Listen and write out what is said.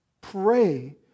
Pray